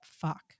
fuck